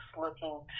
looking